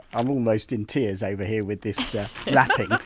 i'm almost in tears over here with this wrapping,